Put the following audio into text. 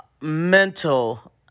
mental